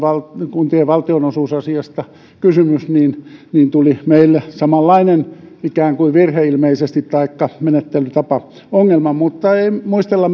kuntien valtionosuusasiasta kysymys niin meille tuli ilmeisesti samanlainen ikään kuin virhe taikka menettelytapaongelma mutta ei muistella